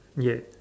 ya